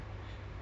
ya